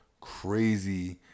crazy